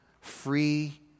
free